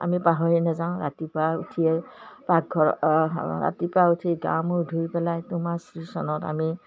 আমি পাহৰি নাযাওঁ ৰাতিপুৱা উঠিয়েই পাকঘৰত ৰাতিপুৱা উঠি গা মূৰ ধুই পেলাই তোমাৰ শ্ৰী চৰণত আমি